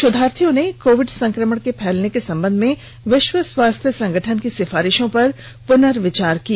शोधार्थियों ने कोविड संक्रमण के फैलने के सम्बंध में विश्व स्वास्थ्य संगठन की सिफारिशों पर पुनर्विचार की अपील की है